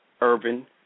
Urban